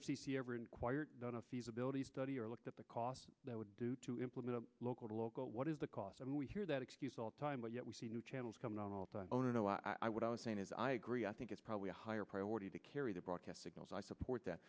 c ever inquired on a feasibility study or looked at the cost they would do to implement a local to local what is the cost and we hear that excuse all the time but yet we see new channels coming on all oh no i would i was saying is i agree i think it's probably a higher priority to carry the broadcast signals i support that